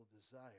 desire